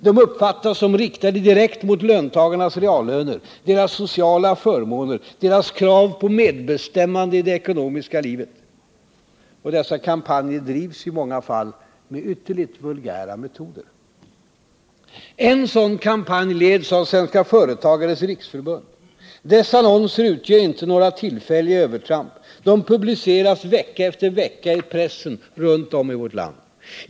De uppfattas som riktade direkt mot löntagarnas reallöner, deras sociala förmåner, deras krav på medbestämmande i det ekonomiska livet. Dessa kampanjer drivs i många fall med ytterligt vulgära metoder. En sådan kampanj leds av Svenska företagares riksförbund. Dess annonser utgör inte några tillfälliga övertramp. De publiceras vecka efter vecka i pressen runt om i vårt land.